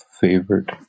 favorite